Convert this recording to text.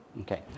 Okay